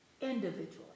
individually